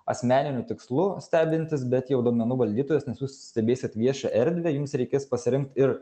asmeniniu tikslu stebintis bet jau duomenų valdytojas nes jūs stebėsit viešą erdvę jums reikės pasirinkt ir